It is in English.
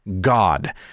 God